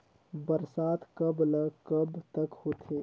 बरसात कब ल कब तक होथे?